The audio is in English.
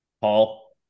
Paul